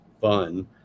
fun